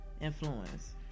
influence